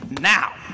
now